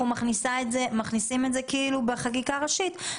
מכניסים את זה כאילו בחקיקה ראשית,